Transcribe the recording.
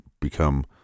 become